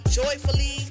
joyfully